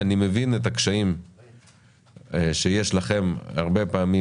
אני מבין את הקשיים שיש לכם הרבה פעמים